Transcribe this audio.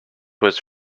was